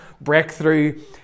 breakthrough